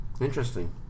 Interesting